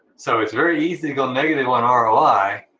so it's very easy to go negative on ah roi,